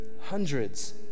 hundreds